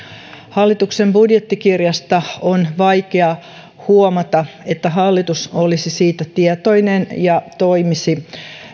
hallituksen budjettikirjasta on vaikea huomata että hallitus olisi siitä tietoinen ja toimisi